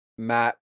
Matt